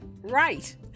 right